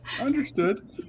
Understood